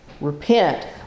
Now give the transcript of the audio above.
Repent